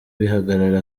bihagarara